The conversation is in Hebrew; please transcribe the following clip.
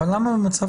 אבל למה במצב